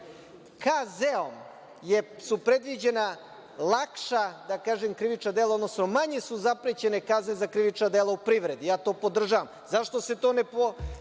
su predviđena lakša, da kažem krivična dela, odnosno manje su zaprećene kazne za krivična dela u privredi, to podržavam. Zašto se to ne